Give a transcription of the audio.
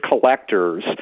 collectors